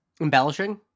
Embellishing